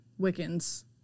Wiccans